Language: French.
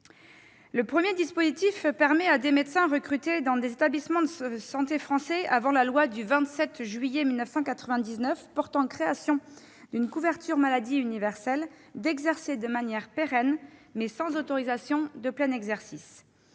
Le premier dispositif permet à des médecins recrutés dans des établissements de santé français avant la loi du 27 juillet 1999 portant création d'une couverture maladie universelle d'exercer de manière pérenne, mais sans autorisation de plein exercice.